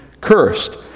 cursed